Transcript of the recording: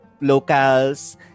locals